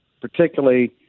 particularly –